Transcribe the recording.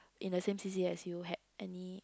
in the same c_c_a as you had any